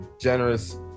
generous